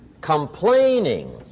Complaining